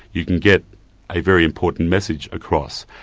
you can get a very important message across.